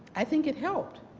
i think it helped.